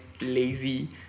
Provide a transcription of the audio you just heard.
lazy